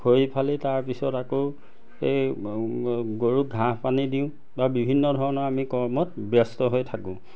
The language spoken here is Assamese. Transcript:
খৰি ফালি তাৰপিছত আকৌ এই গৰুক ঘাঁহ পানী দিওঁ বা বিভিন্ন ধৰণৰ আমি কৰ্মত ব্যস্ত হৈ থাকোঁ